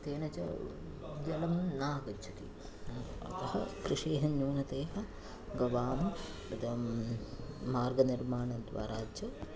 तेन च जलं न आगच्छति अतः कृषेः न्यूनतायाः गवाम् इदं मार्गनिर्माणद्वारा च